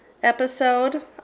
episode